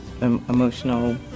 emotional